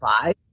five